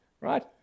Right